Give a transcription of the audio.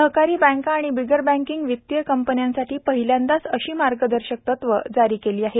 सहकारी बँका आणि बिगर बँकिंग वित्तीय कंपन्यांसाठी पहिल्यांदाच अशी मार्गदर्शक तत्त्वं जारी केली आहेत